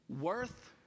worth